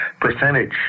percentage